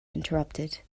interrupted